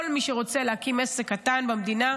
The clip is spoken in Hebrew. כל מי שרוצה להקים עסק קטן במדינה,